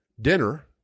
dinner